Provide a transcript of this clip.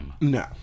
no